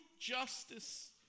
justice